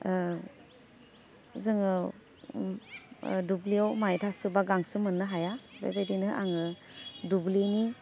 ओह जोङो ओम ओह दुब्लियाव माय थासोबा गांसो मोननो हाया बेबायदिनो आङो दुब्लिनि